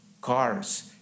cars